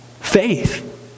faith